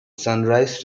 sunrise